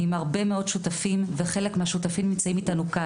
עם הרבה מאוד שותפים וחלק מהשותפים נמצאים כאן איתנו.